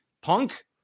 Punk